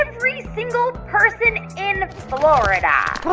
every single person in florida